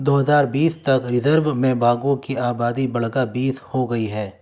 دو ہزار بیس تک ریزرو میں باگھوں کی آبادی بڑھ کر بیس ہو گئی ہے